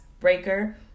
Breaker